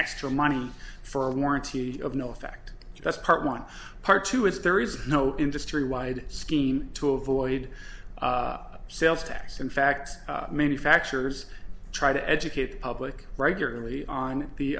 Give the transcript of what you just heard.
extra money for a warranty of no effect just part one part two as there is no industry wide scheme to avoid sales tax in fact manufacturers try to educate the public regularly on the